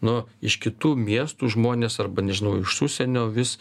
nu iš kitų miestų žmonės arba nežinau iš užsienio vis